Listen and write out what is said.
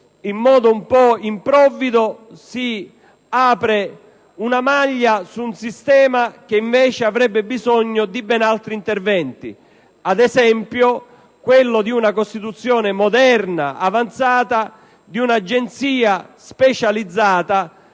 e un po' improvvido, si apre una maglia su un sistema che invece avrebbe bisogno di ben altri interventi, come ad esempio la costituzione moderna e avanzata di un'agenzia specializzata,